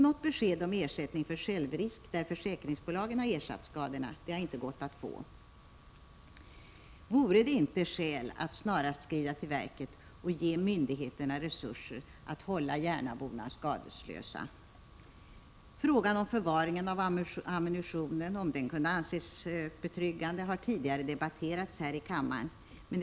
Något besked om ersättning för självrisk, där försäkringsbolagen ersatt skadorna, har inte gått att få. Vore det inte skäl att snarast skrida till verket och ge myndigheterna resurser att hålla järnaborna skadeslösa? 2 Frågan om förvaringen av ammunition och om den kunde anses förvarad på ett betryggande sätt har tidigare debatterats i riksdagen.